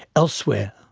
elsewhere,